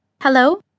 Hello